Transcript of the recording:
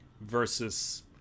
versus